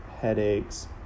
headaches